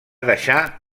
deixar